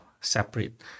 separate